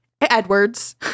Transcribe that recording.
Edwards